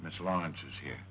missile launches here